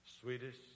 sweetest